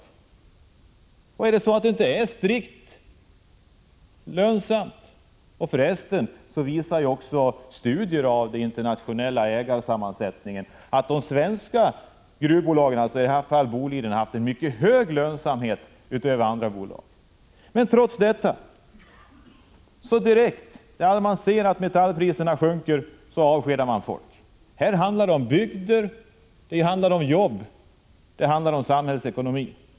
Studerar man den internationella marknaden finner man dessutom att de svenska gruvbolagen, även Boliden, har haft en mycket god lönsamhet jämfört med andra bolag. Trots detta avskedar Boliden folk så fort man ser att metallpriserna sjunker. Här handlar det om bygder, om jobb, om samhällsekonomi.